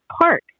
Park